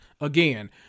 Again